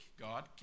God